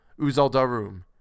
Uzaldarum